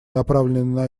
направленные